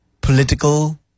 political